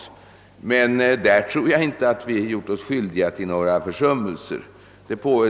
Men när det gäller att vidga samarbetsfältet i EFTA tror jag inte att vi gjort oss skyldiga till några försummelser.